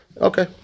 Okay